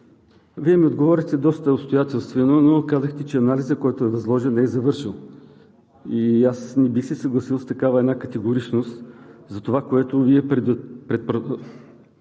Вие ми отговорихте доста обстоятелствено, но казахте, че анализът, който е възложен, не е завършен. Аз не бих се съгласил с такава категоричност, защото Вие предварвате